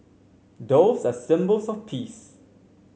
doves are symbols of peace